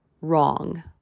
wrong